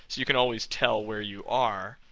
you can always tell where you are.